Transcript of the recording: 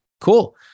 Cool